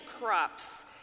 crops